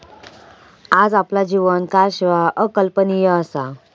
आज आपला जीवन कारशिवाय अकल्पनीय असा